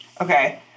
Okay